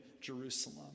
Jerusalem